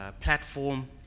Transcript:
platform